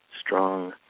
strong